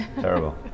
Terrible